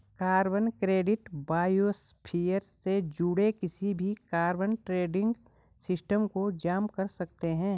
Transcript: carbon credit biosphere से जुड़े किसी भी कार्बन ट्रेडिंग सिस्टम को जाम कर सकते हैं